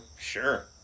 sure